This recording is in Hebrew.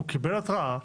הוא קיבל התראה,